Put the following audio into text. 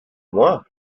moi